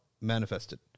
Manifested